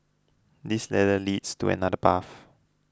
this ladder leads to another path